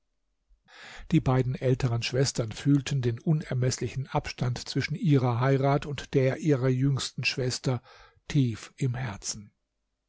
die beiden älteren schwestern fühlten den unermeßlichen abstand zwischen ihrer heirat und der ihrer jüngsten schwester tief im herzen